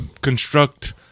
construct